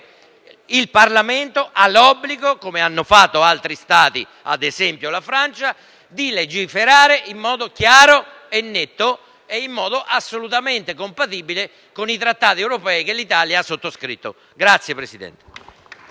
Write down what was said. il Parlamento ha l'obbligo, come hanno fatto altri Stati come la Francia, di legiferare in modo chiaro, netto e assolutamente compatibile con i trattati europei che l'Italia ha sottoscritto. *(Applausi